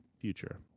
future